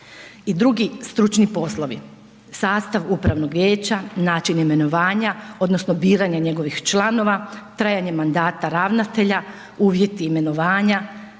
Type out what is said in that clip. i drugi stručni poslovi, sastav upravnog vijeća, način imenovanja odnosno biranja njegovih članova, trajanje mandata ravnatelja, uvjeti imenovanja,